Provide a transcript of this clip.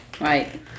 Right